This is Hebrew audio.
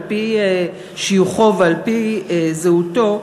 על-פי שיוכו ועל-פי זהותו,